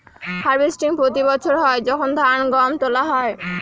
harvesting প্রতি বছর হয় যখন ধান, গম সব তোলা হয়